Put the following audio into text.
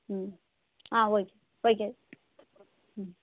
ம் ஆ okay okay ம்